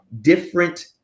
different